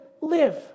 live